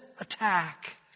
attack